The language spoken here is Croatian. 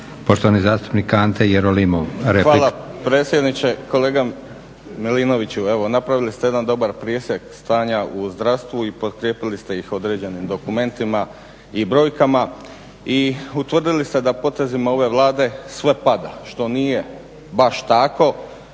**Jerolimov, Ante (HDZ)** Hvala predsjedniče. Kolega Milinoviću evo napravili ste jedan dobar presjek stanja u zdravstvu i potkrijepili ste ih određenim dokumentima i brojkama i utvrdili ste da potezima ove Vlade sve pada što nije baš tako.